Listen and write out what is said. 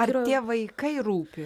ar tie vaikai rūpi